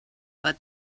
but